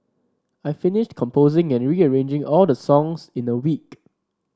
I finished composing and rearranging all the songs in a week